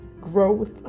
growth